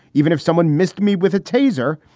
even if someone missed me with a taser,